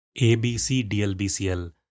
ABC-DLBCL